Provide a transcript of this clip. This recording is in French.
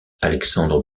alexandre